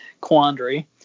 quandary